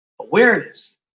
awareness